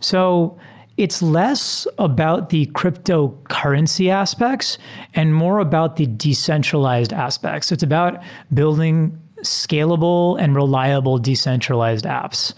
so it's less about the cryptocurrency aspects and more about the decentralized aspect. it's about building scalable and re liab le decentralized apps